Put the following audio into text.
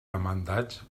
demandats